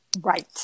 Right